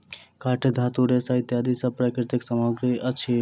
काठ, धातु, रेशा इत्यादि सब प्राकृतिक सामग्री अछि